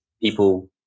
people